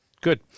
Good